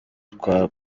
twa